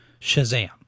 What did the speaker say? Shazam